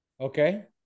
Okay